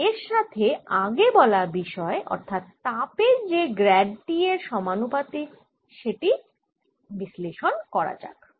এবার এর সাথে আগে বলা বিষয় অর্থাৎ তাপ যে গ্র্যাড T এর সমানুপাতিক সেটি বিশ্লেষণ করা যাক